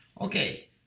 Okay